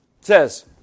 says